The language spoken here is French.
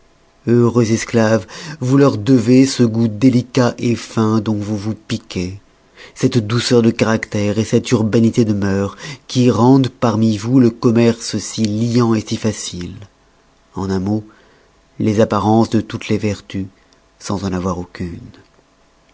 heureux esclaves vous leur devez ce goût délicat fin dont vous vous piquez cette douceur de caractère cette urbanité de mœurs qui rendent parmi vous le commerce si liant si facile en un mot les apparences de toutes les vertus sans en avoir aucune